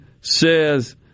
says